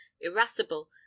irascible